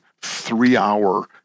three-hour